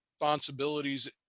responsibilities